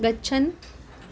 गच्छन्